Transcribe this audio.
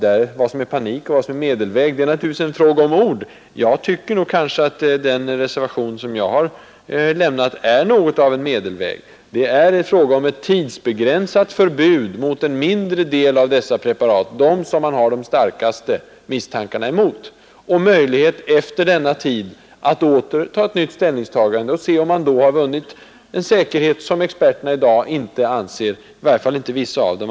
Vad som är panik och vad som är medelväg är en fråga om ord. Jag anser nog att den reservation som jag har lämnat innebär något av en medelväg. Den gäller ett tidsbegränsat förbud mot en mindre del av dessa preparat, som man har de starkaste misstankarna emot. Efter förbudstidens utgång har man möjlighet att på nytt ta ställning och se om man vunnit den säkerhet som vissa experter i dag inte anser att man har.